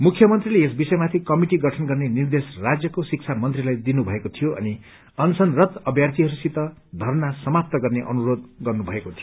मुख्यमंत्रीले यस विषयामाथि कमिटि गठन गर्ने निर्देश राज्यको शिक्षा मंत्रीलाई दिनुभएको गिी अनि अनशनरत अभ्यार्गिहरूसित धर्ना सामाप्त गर्ने अनुरोध गर्नुभएको थियो